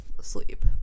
sleep